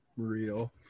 real